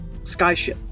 skyship